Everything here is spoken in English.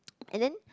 and then